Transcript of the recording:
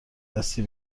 دستی